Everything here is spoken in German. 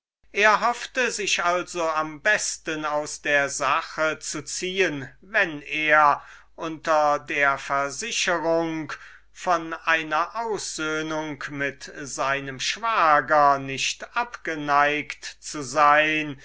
er hoffte sich also am besten aus der sache zu ziehen wenn er unter der versicherung daß er von einer aussöhnung mit seinem schwager nicht abgeneigt sei